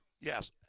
Yes